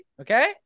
Okay